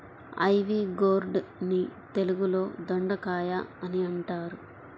ivy gourd ని తెలుగులో దొండకాయ అని అంటారు